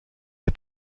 les